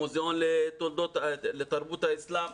מוזיאון לתרבות האסלאם.